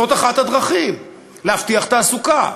זאת אחת הדרכים להבטיח תעסוקה,